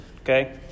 Okay